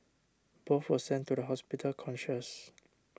both were sent to the hospital conscious